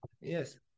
yes